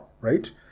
right